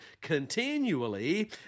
continually